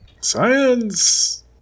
Science